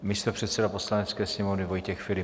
Místopředseda Poslanecké sněmovny Vojtěch Filip.